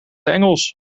engels